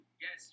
yes